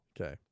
Okay